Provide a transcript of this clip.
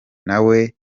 nawe